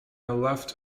left